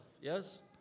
yes